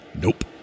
Nope